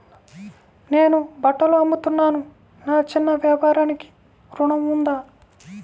నేను బట్టలు అమ్ముతున్నాను, నా చిన్న వ్యాపారానికి ఋణం ఉందా?